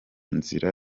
nzira